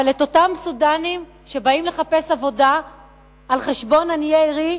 אבל את אותם סודנים שבאים לחפש עבודה על חשבון עניי עירי,